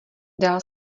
dál